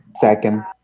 Second